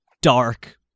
dark